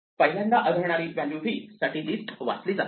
पहिल्यांदा आढळणारी value v साठी लिस्ट वाचली जाते